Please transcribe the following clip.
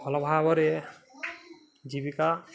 ଭଲ ଭାବରେ ଜୀବିକା